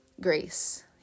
grace